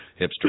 hipster